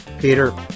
Peter